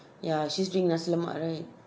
ya she's doing nasi lemak right